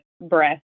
breath